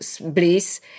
bliss